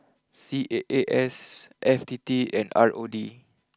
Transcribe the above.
C A A S F T T and R O D